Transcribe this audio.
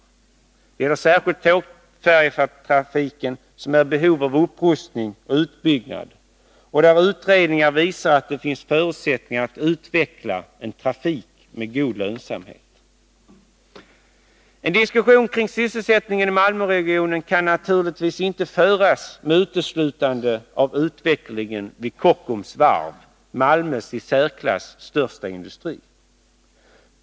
Detta gäller särskilt tågfärjetrafiken, som är i behov av upprustning och utbyggnad och där utredningar visar att det finns förutsättningar att utveckla en trafik med god lönsamhet. En diskussion kring sysselsättningen i Malmöregionen kan naturligtvis inte föras med uteslutande av utvecklingen vid Kockums varv, Malmös i särklass största industri.